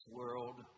world